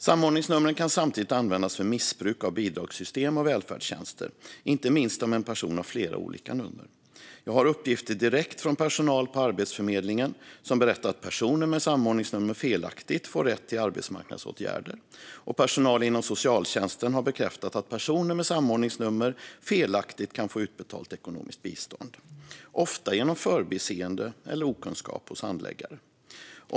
Samordningsnumren kan samtidigt användas för missbruk av bidragssystem och välfärdstjänster, inte minst om en person har flera olika nummer. Jag har uppgifter direkt från personal på Arbetsförmedlingen som berättar att personer med samordningsnummer felaktigt får rätt till arbetsmarknadsåtgärder, och personal inom socialtjänsten har bekräftat att personer med samordningsnummer felaktigt kan få utbetalt ekonomiskt bistånd. Det sker ofta genom förbiseende eller okunskap hos handläggare.